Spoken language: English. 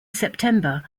september